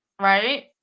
right